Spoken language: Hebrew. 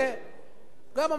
גם המרוקאים עולים,